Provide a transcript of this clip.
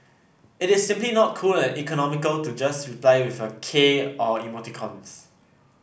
it is simply not cool and economical to just reply with a 'K' or emoticons